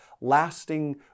lasting